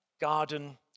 garden